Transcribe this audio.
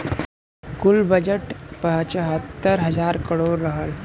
कुल बजट पचहत्तर हज़ार करोड़ रहल